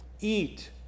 eat